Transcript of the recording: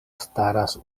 staras